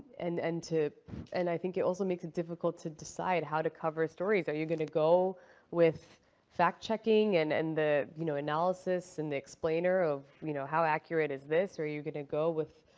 and and to and i think it also makes it difficult to decide how to cover stories. are you going to go with fact checking and and the, you know, analysis and the explainer of, you know, how accurate is this? or are you going to go with,